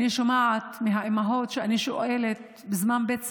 שמעתי מהאימהות כששאלתי: בזמן בית ספר,